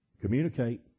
Communicate